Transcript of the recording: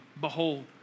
Behold